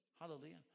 Hallelujah